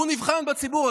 שהוא נבחן בציבור,